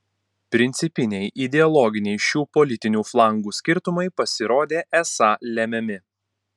principiniai ideologiniai šių politinių flangų skirtumai pasirodė esą lemiami